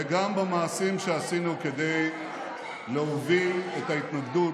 וגם במעשים שעשינו כדי להוביל את ההתנגדות.